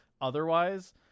Otherwise